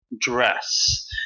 dress